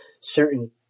certain